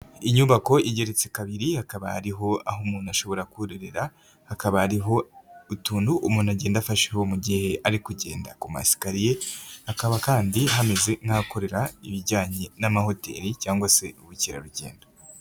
Inyubako igeretse kabiri hakaba hariho aho umuntu ashobora kuririra, hakaba hariho utuntu umuntu agenda afasheho mu gihe ari kugenda ku masikariye, hakaba kandi hameze nk'ahakorera ibijyanye n'amahoteli cyangwa se ubukerarugendo.